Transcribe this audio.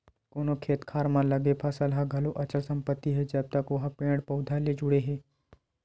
कोनो खेत खार म लगे फसल ह घलो अचल संपत्ति हे जब तक ओहा पेड़ पउधा ले जुड़े हे